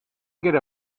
get